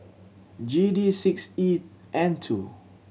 G D six E N two